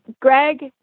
Greg